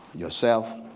yourself,